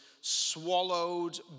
swallowed